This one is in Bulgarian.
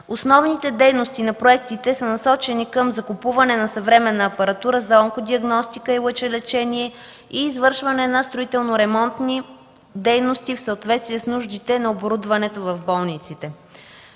Основните дейности на проектите са насочени към закупуване на съвременна апаратура за онкодиагностика и лъчелечение и извършване на строително ремонтни дейности в съответствие с нуждите на оборудването в болниците.